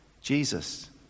Jesus